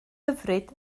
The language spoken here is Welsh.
hyfryd